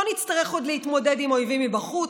לא נצטרך עוד להתמודד עם אויבים מבחוץ,